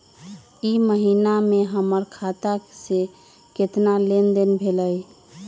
ई महीना में हमर खाता से केतना लेनदेन भेलइ?